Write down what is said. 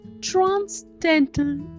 transcendental